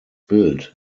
bild